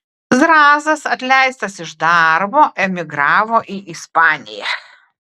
zrazas atleistas iš darbo emigravo į ispaniją